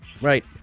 Right